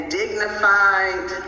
dignified